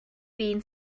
been